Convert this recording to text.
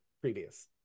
previous